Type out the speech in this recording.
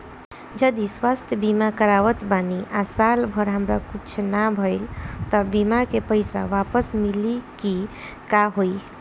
जदि स्वास्थ्य बीमा करावत बानी आ साल भर हमरा कुछ ना भइल त बीमा के पईसा वापस मिली की का होई?